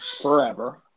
forever